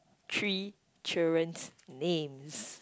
three children's names